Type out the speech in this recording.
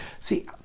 See